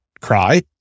cry